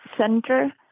center